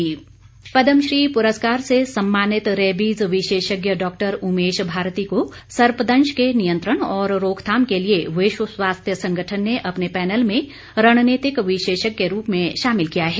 पदमश्री पदमश्री पुरस्कार से सम्मानित रैबीज विशेषज्ञ डॉक्टर उमेश भारती को सर्पदंश के नियंत्रण और रोकथाम के लिए विश्व स्यास्थ्य संगठन ने अपने पैनल में रणनीतिक विशेषज्ञ के रूप में शामिल किया है